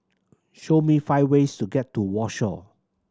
show me five ways to get to Warsaw